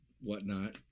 whatnot